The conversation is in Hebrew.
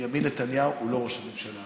בנימין נתניהו הוא לא ראש הממשלה.